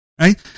Right